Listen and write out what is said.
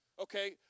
Okay